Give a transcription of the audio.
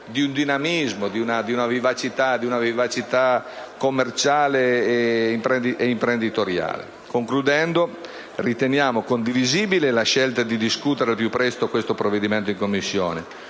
di dinamismo, di vivacità commerciale e imprenditoriale. Concludendo, riteniamo condivisibile la scelta di discutere al più presto questo provvedimento in Commissione,